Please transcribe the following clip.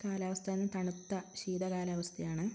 കാലാവസ്ഥ തണുത്ത ശീത കാലാവസ്ഥയാണ്